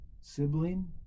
sibling